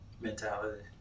mentality